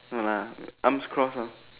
no lah arms crossed lah